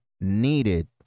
needed